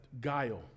guile